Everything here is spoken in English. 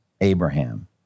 Abraham